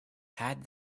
had